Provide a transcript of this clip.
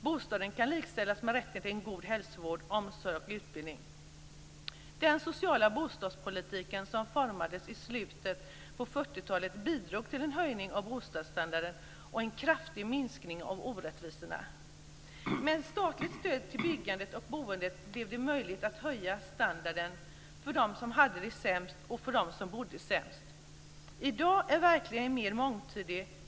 Bostaden kan likställas med rätten till god hälsovård, omsorg och utbildning. Den sociala bostadspolitiken som formades i slutet på 40-talet bidrog till en höjning av bostadsstandarden och en kraftig minskning av orättvisorna. Med statligt stöd till byggandet och boendet blev det möjligt att höja standarden för dem som hade det sämst och för dem som bodde sämst. I dag är verkligheten mer mångtydig.